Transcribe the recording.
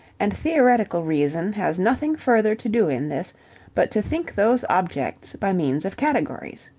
and theoretical reason has nothing further to do in this but to think those objects by means of categories.